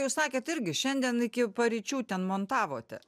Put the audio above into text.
jūs sakėt irgi šiandien iki paryčių ten montavote